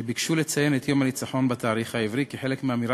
שביקשו לציין את יום הניצחון בתאריך העברי כחלק מאמירה